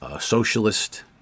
socialist